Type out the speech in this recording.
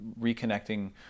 reconnecting